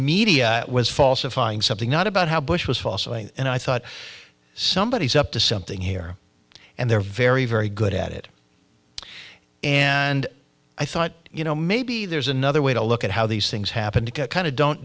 media was falsifying something not about how bush was false and i thought somebody is up to something here and they're very very good at it and i thought you know maybe there's another way to look at how these things happened kind of don't